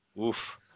oof